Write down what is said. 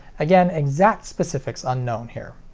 again, exact specifics unknown here.